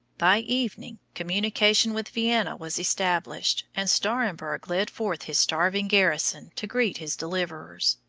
by evening communication with vienna was established, and stahremberg led forth his starving garrison to greet his deliverers.